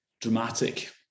dramatic